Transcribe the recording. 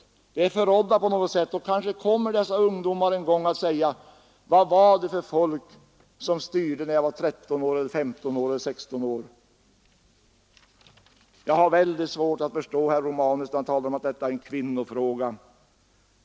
De är förrådda på något sätt, och kanske kommer dessa ungdomar en gång att fråga: Vad var det för folk som styrde när jag var 13, 15 eller 16 år? Jag har mycket svårt att förstå herr Romanus när han säger att detta är en kvinnofråga.